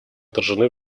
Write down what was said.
отражены